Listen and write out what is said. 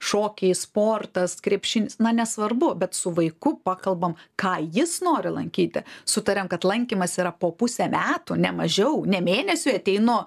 šokiai sportas krepšinis na nesvarbu bet su vaiku pakalbam ką jis nori lankyti sutariam kad lankymas yra po pusę metų ne mažiau ne mėnesiui ateinu